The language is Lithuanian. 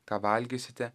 ką valgysite